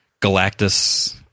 Galactus